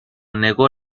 negó